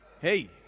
hey